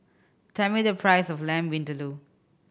tell me the price of Lamb Vindaloo